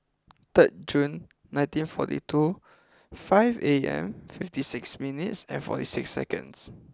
third June nineteen forty two five A M fifty six minutes and forty six seconds